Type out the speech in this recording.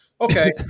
Okay